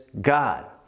God